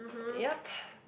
yup